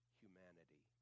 humanity